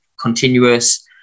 continuous